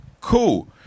cool